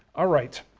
ah right,